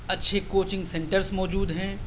اچّھے coaching centres موجود ہیں